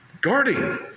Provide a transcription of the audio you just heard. guarding